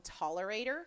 tolerator